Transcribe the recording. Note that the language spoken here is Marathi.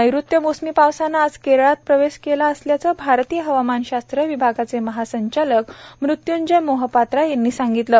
नैर्ऋत्य मोसमी पावसानं आज केरळात प्रवेश केला असल्याचं भारतीय हवामानशास्त्र विभागाचे महासंचालक मृत्यूंजय मोहपात्रा यांनी सांगितलं आहे